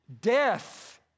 death